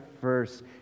first